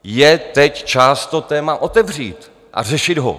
Je teď čas to téma otevřít a řešit ho.